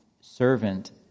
servant